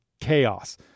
chaos